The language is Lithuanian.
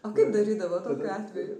o kaip darydavot tokiu atveju